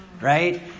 right